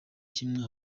kimwe